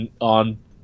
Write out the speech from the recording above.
on